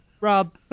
Rob